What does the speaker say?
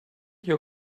who